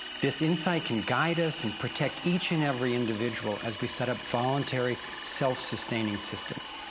this insight can guide us and protect each and every individual as we set up voluntary self-sustaining systems.